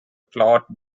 plot